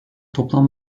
toplam